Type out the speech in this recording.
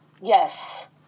Yes